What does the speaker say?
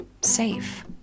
safe